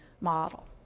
model